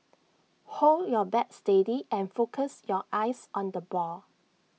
hold your bat steady and focus your eyes on the ball